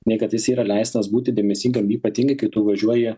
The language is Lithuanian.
nei kad jis yra leistas būti dėmesingam ypatingai kai tu važiuoji